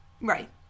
right